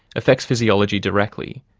affects physiology directly,